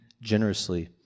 generously